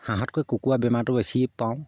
হাঁহতকৈ কুকুৰা বেমাৰটো বেছি পাওঁ